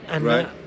Right